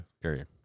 Period